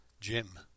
jim